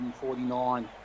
149